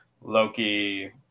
loki